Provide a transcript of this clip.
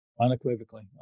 unequivocally